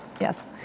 yes